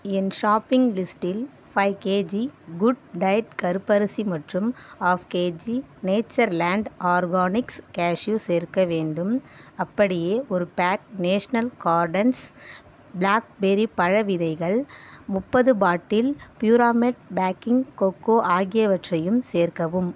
என் shopping லிஸ்டில் five KG Good Diet கருப்பரிசி மற்றும் half KG Natureland Organics cashew சேர்க்க வேண்டும் அப்படியே ஒரு பேக் நேஷ்னல் கார்டன்ஸ் ப்ளாக்பெரி பழ விதைகள் முப்பது பாட்டில் ப்யூராமேட் பேக்கிங் கொக்கோ ஆகியவற்றையும் சேர்க்கவும்